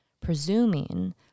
presuming